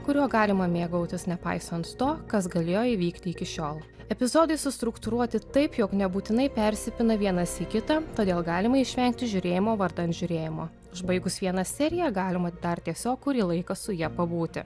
kuriuo galima mėgautis nepaisant to kas galėjo įvykti iki šiol epizodai struktūruoti taip jog nebūtinai persipina vienas į kitą todėl galima išvengti žiūrėjimo vardan žiūrėjimo užbaigus vieną seriją galima dar tiesiog kurį laiką su ja pabūti